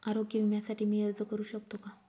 आरोग्य विम्यासाठी मी अर्ज करु शकतो का?